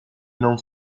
non